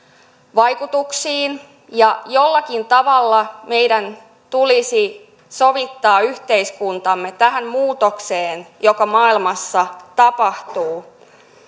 vaikutuksiin ja jollakin tavalla meidän tulisi sovittaa yhteiskuntamme tähän muutokseen joka maailmassa tapahtuu